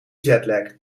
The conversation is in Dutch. jetlag